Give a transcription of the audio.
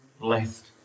blessed